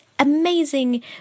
Amazing